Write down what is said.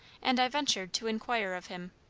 and i ventured to inquire of him